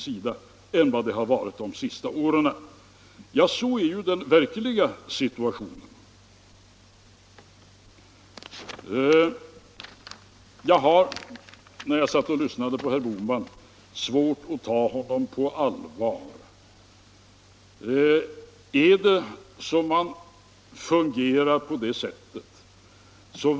Så är den verkliga situationen. När jag satt och lyssnade på herr Bohman hade jag svårt att ta honom på allvar. Kan man verkligen fungera politiskt så som herr Bohman?